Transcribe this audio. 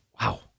wow